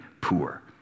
poor